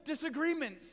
disagreements